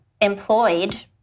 employed